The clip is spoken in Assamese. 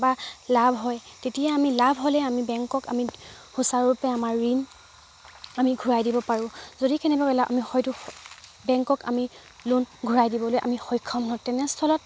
বা লাভ হয় তেতিয়া আমি লাভ হ'লেই আমি বেংকক আমি সুচাৰুৰূপে আমাৰ ঋণ আমি ঘূৰাই দিব পাৰোঁ যদি কেনেবাকৈ লা আমি হয়তো বেংকক আমি লোন ঘূৰাই দিবলৈ আমি সক্ষম হওঁ তেনেস্থলত